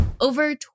Over